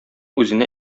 үзенә